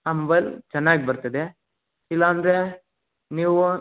ಆ ಮೊಬೈಲ್ ಚೆನ್ನಾಗಿ ಬರ್ತದೆ ಇಲ್ಲ ಅಂದ್ರೆ ನೀವು